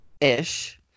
ish